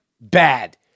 bad